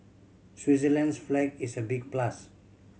Switzerland's flag is a big plus